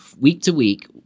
week-to-week